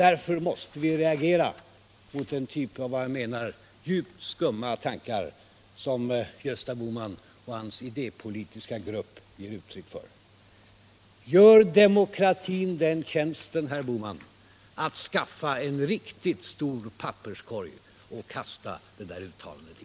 Därför måste vi reagera mot den typ av, enligt min mening, djupt skumma tankar som Gösta Bohman och hans idépolitiska grupp ger uttryck för. Gör demokratin den tjänsten, herr Bohman, att skaffa en riktigt stor papperskorg att kasta det där uttalandet i!